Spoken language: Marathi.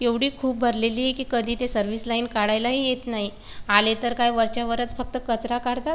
एवढी खूप भरलेली आहे की कधी ते सर्विस लाईन काढायलाही येत नाही आले तर काय वरच्या वरच फक्त कचरा काढतात